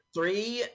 Three